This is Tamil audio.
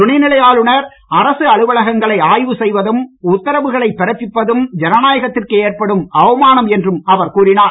துணை நிலை ஆளுநர் அரசு அலுவலகங்களை ஆய்வு செய்வதும் உத்தரவுகளை பிறப்பிப்பதும் ஜனநாயகத்திற்கு ஏற்படும் அவமானம் என்றும் அவர் கூறினார்